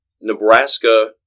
Nebraska